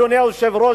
אדוני היושב-ראש,